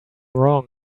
wrong